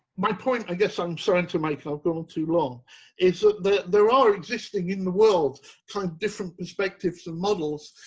my point, i guess i'm starting to make i've gone too long is ah the there are existing in the world kind of different perspectives and models.